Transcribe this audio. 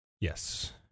Yes